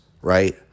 right